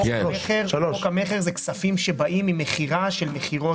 חוק המכר הוא כספים שבאים ממכירה של דירות